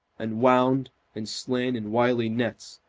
enwound and slain in wily nets,